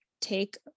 take